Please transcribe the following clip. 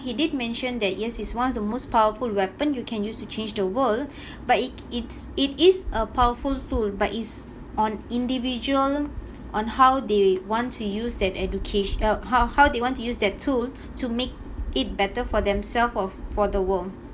he did mention that yes it's one of the most powerful weapon you can use to change the world but it it's it is a powerful tool but it's on individual on how they want to use that educatio~ uh how how they want to use that tool to make it better for themselves or for the world